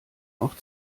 auch